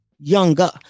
younger